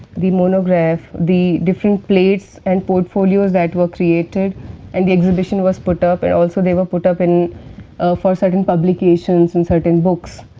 the monograph the different plates and portfolios that were created and the exhibition was put up. and also, they were put up for certain publications in certain books.